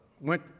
went